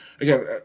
again